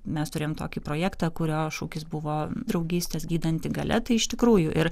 mes turim tokį projektą kurio šūkis buvo draugystės gydanti galia tai iš tikrųjų ir